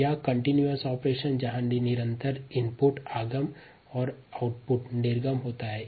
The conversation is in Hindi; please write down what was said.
दूसरा कंटीन्यूअस कार्यप्रणाली जिसमें कंटीन्यूअस इनपुट और आउटपुट होता है